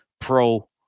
Pro